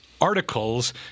articles